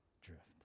drift